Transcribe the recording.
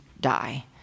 die